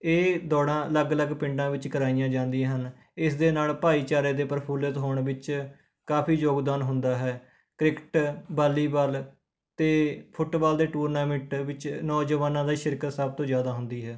ਇਹ ਦੌੜਾਂ ਅਲੱਗ ਅਲੱਗ ਪਿੰਡਾਂ ਵਿੱਚ ਕਰਵਾਈਆਂ ਜਾਂਦੀਆਂ ਹਨ ਇਸ ਦੇ ਨਾਲ ਭਾਈਚਾਰੇ ਦੇ ਪ੍ਰਫੁਲਿਤ ਹੋਣ ਵਿੱਚ ਕਾਫ਼ੀ ਯੋਗਦਾਨ ਹੁੰਦਾ ਹੈ ਕ੍ਰਿਕਟ ਵਾਲੀਬਾਲ ਅਤੇ ਫੁੱਟਬਾਲ ਦੇ ਟੂਰਨਾਮੈਂਟ ਵਿੱਚ ਨੌਜਵਾਨਾਂ ਦਾ ਸ਼ਿਰਕਤ ਸਭ ਤੋਂ ਜ਼ਿਆਦਾ ਹੁੰਦੀ ਹੈ